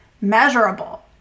measurable